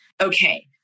Okay